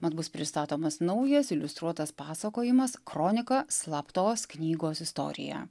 mat bus pristatomas naujas iliustruotas pasakojimas kronika slaptos knygos istorija